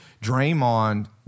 Draymond